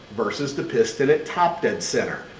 versus the piston at top dead center.